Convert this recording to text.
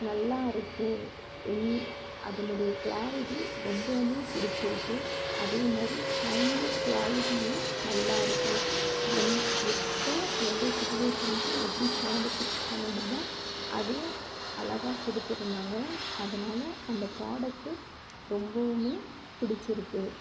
நல்லாயிருக்கு என் அதனுடைய கிளாரிட்டி ரொம்பவுமே பிடிச்சிருக்கு அதேமாதிரி சவுண்டும் குவாலிட்டியும் நல்லாயிருக்கு என்ன எப்போ எந்த சுட்டிவேஷனுக்கு எப்படி சவுண்ட் ஃபிக்ஸ் பண்ணணுமோ அது அழகாக கொடுத்துருந்தாங்க அதனால அந்த ப்ராடக்டு ரொம்பவுமே பிடிச்சிருக்கு